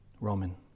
Roman